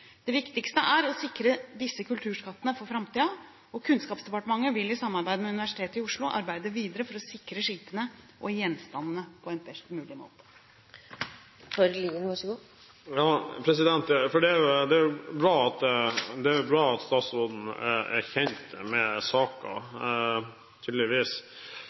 Det viktigste er å sikre disse kulturskattene for framtiden, og Kunnskapsdepartementet vil i samarbeid med Universitetet i Oslo arbeide videre for å sikre skipene og gjenstandene på en best mulig måte. Det er bra at statsråden tydeligvis er kjent med saken. Fra Kulturhistorisk museum sier man – gjennom Tønsbergs Blad – at skipene er i en fryktelig utfordrende situasjon. De sier at